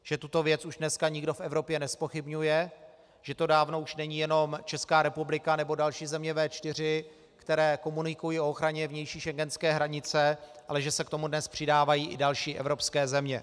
Že tuto věc už dneska nikdo v Evropě nezpochybňuje, že to dávno už není jenom Česká republika nebo další země V4, které komunikují o ochraně vnější schengenské hranice, ale že se k tomu dnes přidávají i další evropské země.